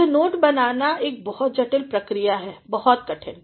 यह नोट बनाना एक बहुत जटिल प्रक्रिया है बहुत कठिन